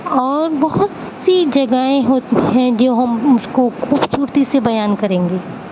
اور بہت سی جگہیں ہوتی ہیں جو ہم کو خوبصورتی سے بیان کریں گے